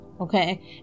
Okay